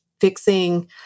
fixing